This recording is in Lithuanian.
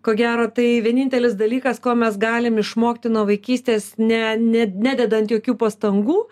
ko gero tai vienintelis dalykas ko mes galim išmokti nuo vaikystės ne ne nededant jokių pastangų